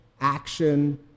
action